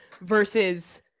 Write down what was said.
versus